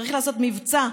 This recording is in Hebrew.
צריך לעשות מבצע,